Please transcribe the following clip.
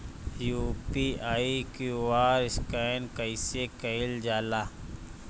UPI QR scan कइसे कईल जा ला?